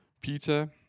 Peter